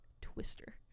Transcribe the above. Twister